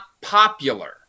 popular